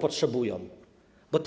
potrzebują samorządy.